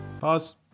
Pause